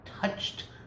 touched